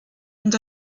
und